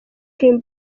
dream